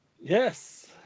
Yes